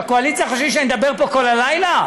בקואליציה חושבים שאני אדבר פה כל הלילה?